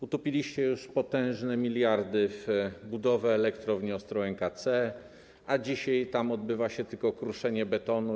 Utopiliście już potężne miliardy w budowie Elektrowni Ostrołęka C, a dzisiaj tam odbywa się tylko kruszenie betonu.